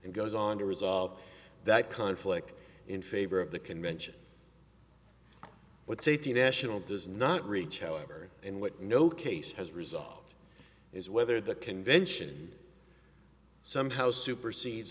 and goes on to resolve that conflict in favor of the convention with safety national does not reach however in what no case has result is whether the convention somehow supersedes